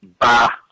bah